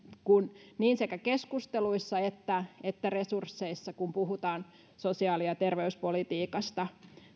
sekä keskusteluissa että että resursseissa kun puhutaan sosiaali ja terveyspolitiikasta